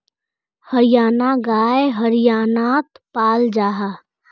हरयाना गाय हर्यानात पाल जाहा